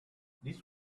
this